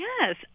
Yes